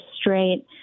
straight